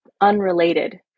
unrelated